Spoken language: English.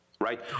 right